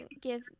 give